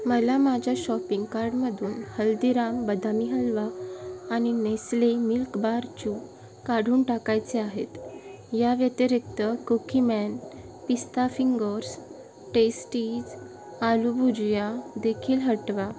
मला माझ्या शॉपिंग कार्डमधून हल्दीराम बदामी हलवा आणि नेस्ले मिल्कबार चू काढून टाकायचे आहेत या व्यतिरिक्त Cookieman Pista fingers Tasties aloo bhujia देखील हटवा